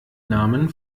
namen